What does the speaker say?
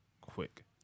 Quick